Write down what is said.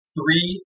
Three